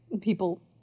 people